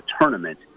tournament